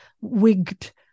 wigged